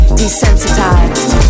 desensitized